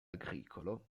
agricolo